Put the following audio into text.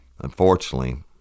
Unfortunately